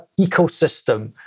ecosystem